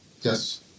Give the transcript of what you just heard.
Yes